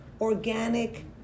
organic